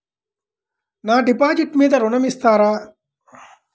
నా డిపాజిట్ మీద ఋణం ఇస్తారా?